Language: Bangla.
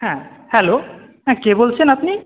হ্যাঁ হ্যালো হ্যাঁ কে বলছেন আপনি